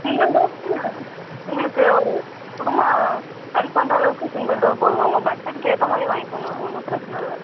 single door நீங்கள் உங்களுக்கு ஒரு குடும்பம் ரன் பண்ணுற அளவுக்கு சிங்கிள் டோர் போதுங்க உங்கள் பட்ஜெட்டுக்கு ஏற்ற மாதிரியே வாங்கிக்கோங்க ஒன்றும் பிரச்சனை இல்லை